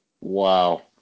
Wow